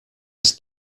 ist